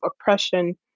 oppression